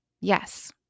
Yes